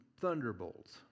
thunderbolts